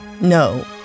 No